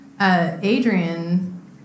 Adrian